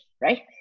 right